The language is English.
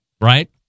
right